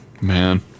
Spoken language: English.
man